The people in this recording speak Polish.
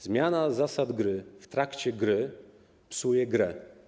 Zmiana zasad gry w trakcie gry psuje grę.